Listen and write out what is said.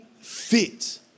fit